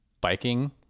biking